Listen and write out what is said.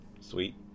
sweet